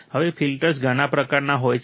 હવે ફિલ્ટર્સ ઘણા પ્રકારના હોય છે